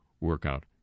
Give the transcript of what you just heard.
workout